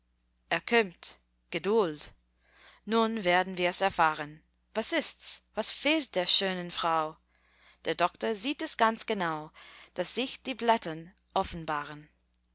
er kömmt geduld nun werden wirs erfahren was ists was fehlt der schönen frau der doktor sieht es ganz genau daß sich die blattern offenbaren